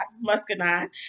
muscadine